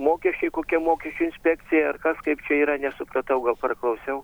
mokesčiai kokia mokesčių inspekcija ar kas kaip čia yra nesupratau gal praklausiau